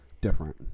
different